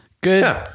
Good